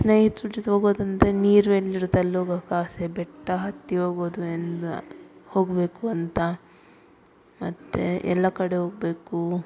ಸ್ನೇಹಿತ್ರ್ ಜೊತೆ ಹೋಗೋದಂದ್ರೆ ನೀರು ಎಲ್ಲಿರುತ್ತೆ ಅಲ್ಲಿ ಹೋಗಕ್ ಆಸೆ ಬೆಟ್ಟ ಹತ್ತಿ ಹೋಗೋದು ಎಂದು ಹೋಗಬೇಕು ಅಂತ ಮತ್ತೆ ಎಲ್ಲ ಕಡೆ ಹೋಗ್ಬೇಕು